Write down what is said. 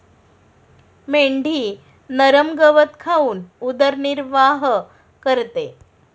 मेंढी नरम गवत खाऊन उदरनिर्वाह करते